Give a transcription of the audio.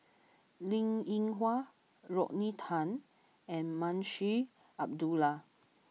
Linn In Hua Rodney Tan and Munshi Abdullah